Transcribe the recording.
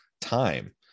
time